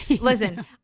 Listen